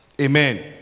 Amen